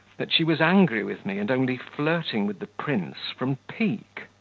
that she was angry with me and only flirting with the prince from pique.